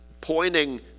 pointing